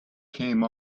came